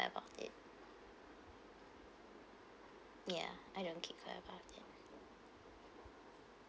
of it ya I don't keep quiet about it